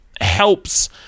helps